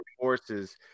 forces